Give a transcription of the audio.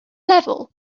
level